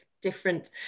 different